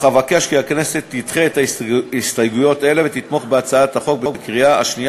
אך אבקש כי הכנסת תדחה הסתייגויות אלה ותתמוך בקריאה השנייה